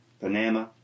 Panama